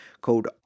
Called